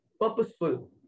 Purposeful